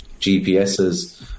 GPSs